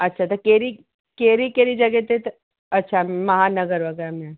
अच्छा त कहिड़ी कहिड़ी कहिड़ी जॻह ते त अच्छा महानगर वगै़रह में